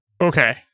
Okay